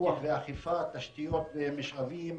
פיקוח ואכיפה, תשתיות ומשאבים,